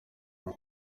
aba